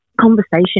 conversation